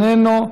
איננו,